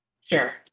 Sure